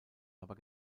aber